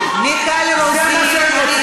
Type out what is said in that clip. מיכל רוזין,